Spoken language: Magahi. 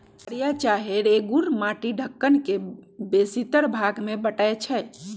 कारिया चाहे रेगुर माटि दक्कन के बेशीतर भाग में भेटै छै